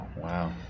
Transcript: Wow